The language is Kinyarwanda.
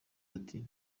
ati